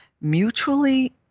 mutually